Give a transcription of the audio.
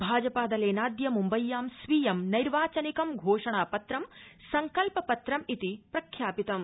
भाजपादलेनाद्य मम्बय्यां स्वीयं नैर्वाचनिकं घोषणापत्रं संकल्पपत्रं इति प्रख्यापितम